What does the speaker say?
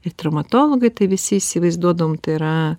ir traumatologai tai visi įsivaizduodavom tai yra